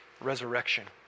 resurrection